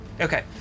Okay